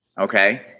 Okay